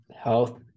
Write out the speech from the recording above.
Health